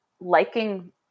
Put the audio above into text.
liking –